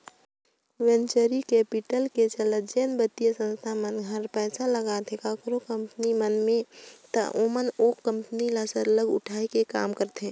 venture capital के चलत जेन बित्तीय संस्था मन हर पइसा लगाथे काकरो कंपनी मन में ता ओमन ओ कंपनी ल सरलग उठाए के काम करथे